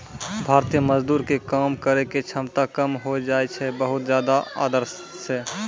भारतीय मजदूर के काम करै के क्षमता कम होय जाय छै बहुत ज्यादा आर्द्रता सॅ